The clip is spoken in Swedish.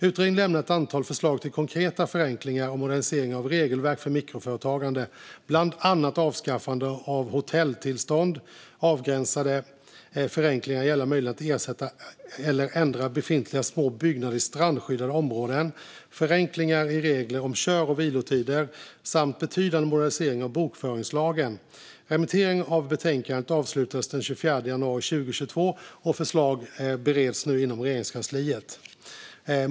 Utredningen lämnar ett antal förslag till konkreta förenklingar och moderniseringar av regelverk för mikroföretagande, bland annat avskaffande av hotelltillståndet, avgränsade förenklingar gällande möjligheterna att ersätta eller ändra befintliga små byggnader i strandskyddade områden, förenklingar i reglerna om kör och vilotider samt betydande moderniseringar av bokföringslagen. Remitteringen av betänkandet avslutades den 24 januari 2022, och förslagen bereds nu inom Regeringskansliet. Fru talman!